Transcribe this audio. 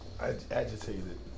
agitated